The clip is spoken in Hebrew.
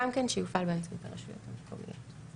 גם כן שיופעל באמצעות הרשויות המקומיות,